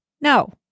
No